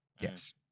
Yes